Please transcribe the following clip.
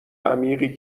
عمیقی